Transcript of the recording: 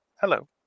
Hello